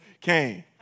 came